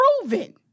proven